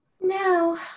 no